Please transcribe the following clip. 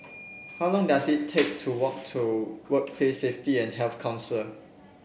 how long does it take to walk to Workplace Safety and Health Council